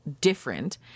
different